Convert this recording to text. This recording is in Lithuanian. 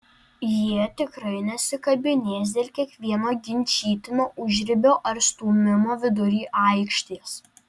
jie tikrai nesikabinės dėl kiekvieno ginčytino užribio ar stūmimo vidury aikštės